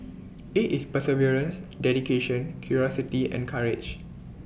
IT is perseverance dedication curiosity and courage